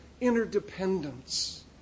interdependence